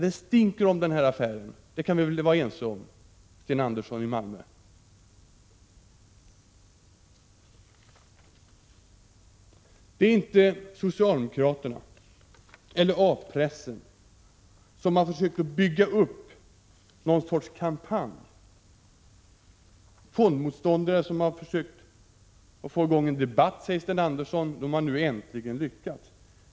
Det stinker om den här affären — det kan vi väl vara ense om, Sten Andersson i Malmö. Det är inte socialdemokraterna eller A-pressen som har försökt att bygga upp någon sorts kampanj. Fondmotståndare som försökt att få i gång en debatt har nu, säger Sten Andersson, äntligen lyckats.